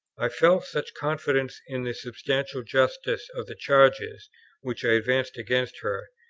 i felt such confidence in the substantial justice of the charges which i advanced against her,